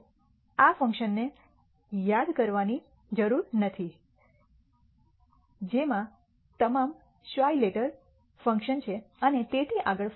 આપણે આ ફંક્શનના ફોર્મને યાદ રાખવાની જરૂર નથી જેમાં તેમાં γ ફંક્શન છે અને તેથી આગળ